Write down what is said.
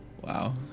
Wow